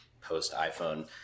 post-iPhone